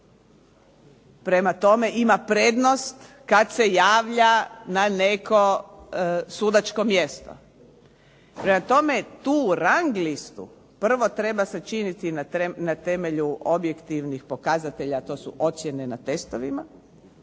Prema tome, ima prednost kad se javlja na neko sudačko mjesto. Prema tome, tu rang listu prvo treba sačiniti na temelju objektivnih pokazatelja, a to su ocjene na testovima